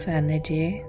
energy